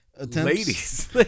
Ladies